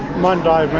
monday but